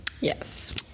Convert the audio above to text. yes